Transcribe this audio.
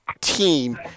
team